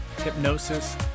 Hypnosis